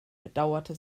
bedauerte